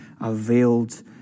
availed